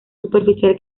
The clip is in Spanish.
superficial